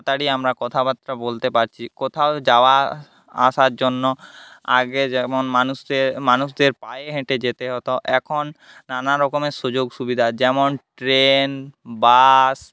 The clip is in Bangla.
তাড়াতাড়ি আমরা কথাবার্তা বলতে পারছি কোথাও যাওয়া আসার জন্য আগে যেমন মানুষদের মানুষদের পায়ে হেঁটে যেতে হতো এখন নানারকমের সুযোগ সুবিধা যেমন ট্রেন বাস